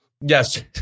Yes